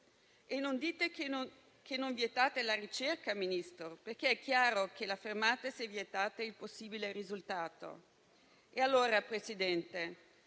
non dite che non vietate la ricerca, perché è chiaro che la fermate se vietate il possibile risultato. Signor Presidente,